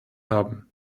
haben